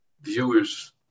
viewers